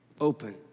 open